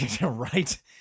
right